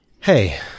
Hey